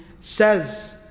says